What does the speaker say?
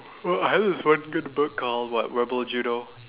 I heard this one good book called what rebel judo